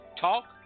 talk